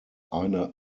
eine